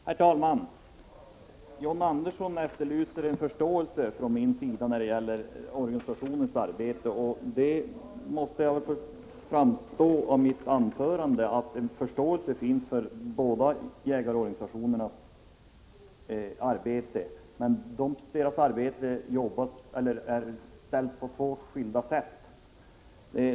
Herr talman! John Andersson efterlyser förståelse från min sida för Jägarnas riksförbunds arbete. Det måste ha framgått av mitt anförande att det finns förståelse för båda organisationernas arbete. Det är emellertid upplagt på skilda sätt.